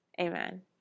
amen